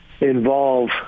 involve